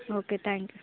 okay thank you